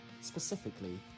specifically